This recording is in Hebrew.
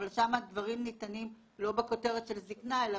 אבל שם הדברים ניתנים לא בכותרת של זקנה אלא